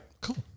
Cool